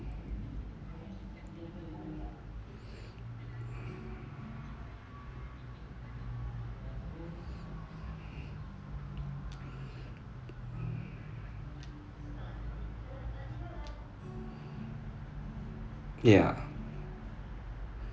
ya